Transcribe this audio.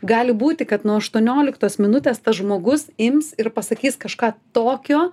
gali būti kad nuo aštuonioliktos minutės tas žmogus ims ir pasakys kažką tokio